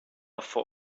for